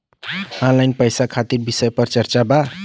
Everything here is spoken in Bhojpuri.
ऑनलाइन पैसा खातिर विषय पर चर्चा वा?